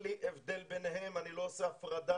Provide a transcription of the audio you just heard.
ועוד פעולות נוספות למי שלא יכולנו לעזור בהגדרות פורמאליות,